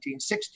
1960